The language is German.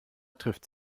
trifft